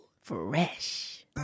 Fresh